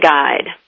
Guide